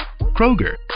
kroger